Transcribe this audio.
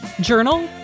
Journal